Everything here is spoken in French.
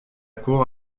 cour